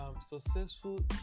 Successful